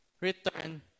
return